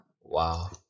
Wow